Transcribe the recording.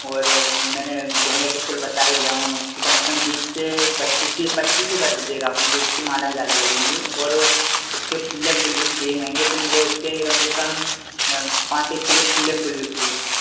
और मैंने गेंदे के फूल बता ही दिया हूँ उसकी कम से कम बीस से पच्चीस तीस पच्चीस ही कर दीजिएगा आप मुझे उसकी मालाएं ज़्यादा लगेंगी और उसके खुले फूल भी चाहिए रहेंगे तो मुझे उसके कम से कम पाँच एक किलो खुले फूल भी चाहिए हैं